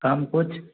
कम किछु